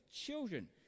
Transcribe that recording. children